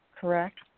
correct